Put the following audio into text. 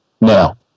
Now